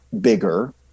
bigger